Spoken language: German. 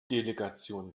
delegation